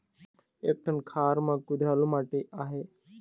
एक ठन खार म कुधरालू माटी आहे?